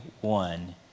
one